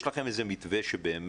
יש מתווה שאת